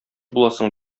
буласың